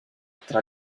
tra